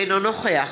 אינו נוכח